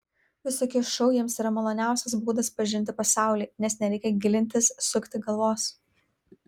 visokie šou jiems yra maloniausias būdas pažinti pasaulį nes nereikia gilintis sukti galvos